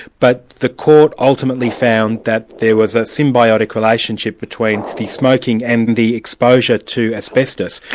but the court ultimately found that there was a symbiotic relationship between the smoking and the exposure to asbestos,